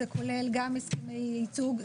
זה כולל גם הסכמי ייצוב,